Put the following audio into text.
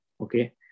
okay